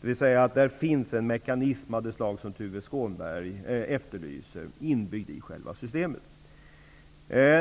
Det finns alltså en mekanism av det slag som Tuve Skånberg efterlyser inbyggd i själva systemet.